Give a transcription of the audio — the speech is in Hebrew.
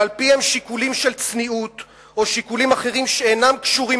ועל-פיהם שיקולים של צניעות או שיקולים אחרים שאינם קשורים